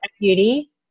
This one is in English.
beauty